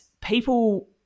people